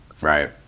right